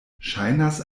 ŝajnas